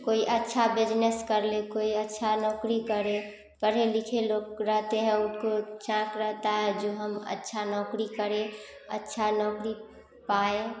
कोइ अच्छा बिजनेस कर लें कोई अच्छा नौकरी करें पढ़े लिखे लोग रहते हैं उनको चैंक रहता है कि हम अच्छा नौकरी करें अच्छा नौकरी पाएँ